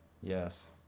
Yes